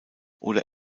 oder